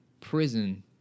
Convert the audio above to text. prison